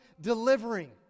delivering